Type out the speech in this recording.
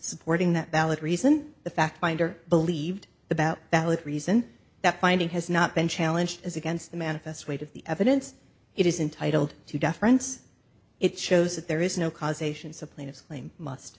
supporting that valid reason the fact finder believed about valid reason that finding has not been challenged is against the manifest weight of the evidence it is intitled to deference it shows that there is no causation supply of blame must